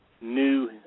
new